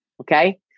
Okay